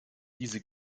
diese